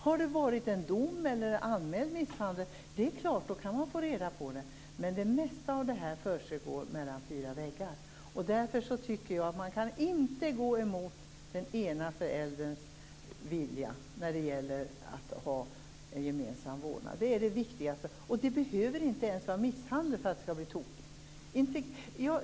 Har det varit en dom eller anmäld misshandel kan man naturligtvis få reda på det, men det mesta av detta försiggår mellan fyra väggar. Man kan inte gå emot den ena förälderns vilja när det gäller gemensam vårdnad. Det är det viktigaste. Det behöver inte ens vara misshandel för att det skall bli tokigt.